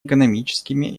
экономическими